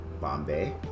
Bombay